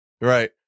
Right